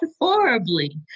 horribly